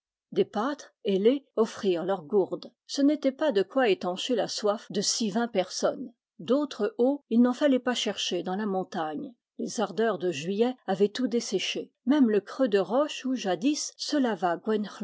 des pâtres hélés offrirent leurs gourdes ce n'était pas de quoi étancher la soif de six vingts personnes d'autre eau il n'en fallait pas chercher dans la montagne les ardeurs de juillet avaient tout desséché même le creux de roche où jadis se lava